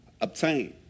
obtain